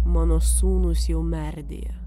mano sūnūs jau merdėja